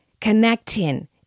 connecting